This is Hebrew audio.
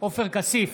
עופר כסיף,